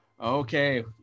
Okay